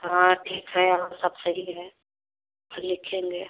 हाँ ठीक है और सब सही है फिर लिखेंगे